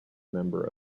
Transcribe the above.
member